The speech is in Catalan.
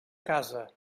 casa